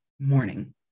morning